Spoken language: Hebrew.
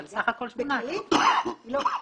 בסדר, אבל סך הכול 8,000. לא.